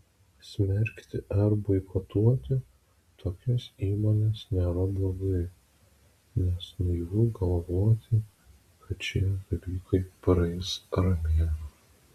smerkti ar boikotuoti tokias įmones nėra blogai nes naivu galvoti kad šie dalykai praeis ramiai